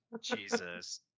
Jesus